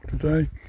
today